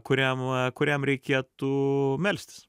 kuriam kuriam reikėtų melstis